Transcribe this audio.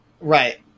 Right